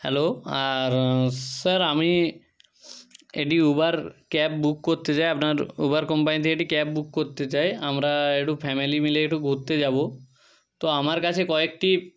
hello sir আমি একডি Uber cab book করতে চাই আপনার উবার কোম্পানি থেকে একটি ক্যাব বুক করতে চাই আমরা একটু ফ্যামিলি মিলে একটু ঘুরতে যাব তো আমার কাছে কয়েকটি